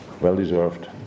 well-deserved